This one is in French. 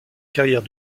carrière